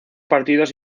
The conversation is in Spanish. partidos